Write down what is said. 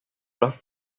los